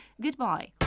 Goodbye